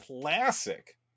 classic